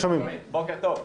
בוקר טוב.